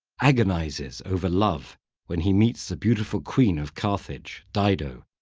agonizes over love when he meets the beautiful queen of carthage, dido,